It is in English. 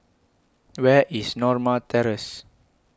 Where IS Norma Terrace